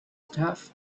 stuff